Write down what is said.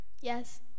Yes